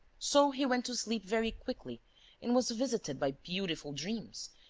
so he went to sleep very quickly and was visited by beautiful dreams,